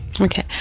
Okay